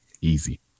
easy